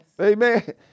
Amen